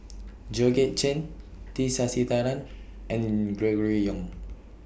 Georgette Chen T Sasitharan and Gregory Yong